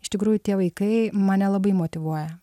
iš tikrųjų tie vaikai mane labai motyvuoja